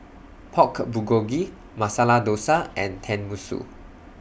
Pork Bulgogi Masala Dosa and Tenmusu